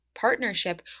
partnership